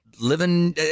living